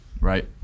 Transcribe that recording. right